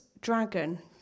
dragon